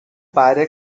pare